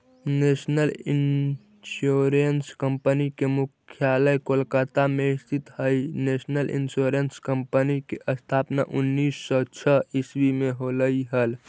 national Insurance Company के मुख्यालय कोलकाता में स्थित हइ नेशनल इंश्योरेंस कंपनी के स्थापना उन्नीस सौ छः ईसवी में होलई हल